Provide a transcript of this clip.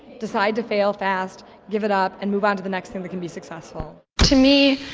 decide to fail fast, give it up, and move on to the next thing that can be successful. to me,